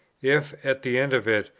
if, at the end of it,